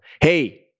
hey